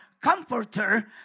comforter